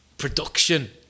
Production